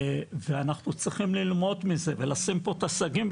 ואנחנו צריכים ללמוד מזה ולשים פה את הסייגים.